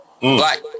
black